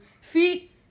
feet